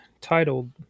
titled